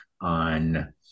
on